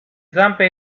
zampe